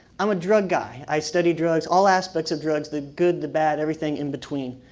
i'm a drug guy. i study drugs, all aspects of drugs, the good, the bad, everything in between.